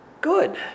good